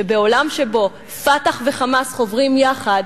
שבעולם שבו "פתח" ו"חמאס" חוברים יחד,